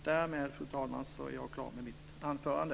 Därmed, fru talman, är jag klar med mitt anförande.